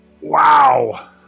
Wow